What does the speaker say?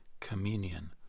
communion